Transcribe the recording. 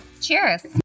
Cheers